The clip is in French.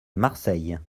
marseille